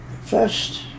first